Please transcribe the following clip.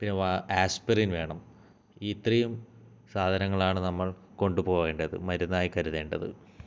പിന്നെ ആസ്പിരിൻ വേണം ഇത്രയും സാധനങ്ങളാണ് നമ്മൾ കൊണ്ടുപോകേണ്ടത് മരുന്നായി കരുതേണ്ടത്